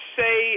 say